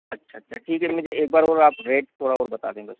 अच्छा अच्छा ठीक है मुझे एक बार और आप रेट थोड़ा और बता दें बस